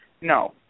No